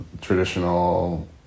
traditional